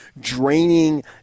draining